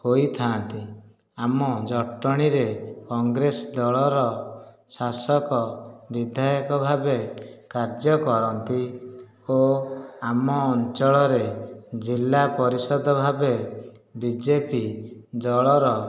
ହୋଇଥାନ୍ତି ଆମ ଜଟଣୀରେ କଂଗ୍ରେସ ଦଳର ଶାସକ ବିଧାୟକ ଭାବେ କାର୍ଯ୍ୟ କରନ୍ତି ଓ ଆମ ଅଞ୍ଚଳରେ ଜିଲ୍ଲା ପରିଷଦ ଭାବେ ବିଜେପି ଦଳର